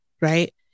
right